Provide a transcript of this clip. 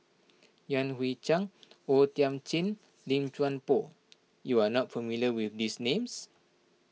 Yan Hui Chang O Thiam Chin Lim Chuan Poh you are not familiar with these names